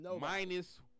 minus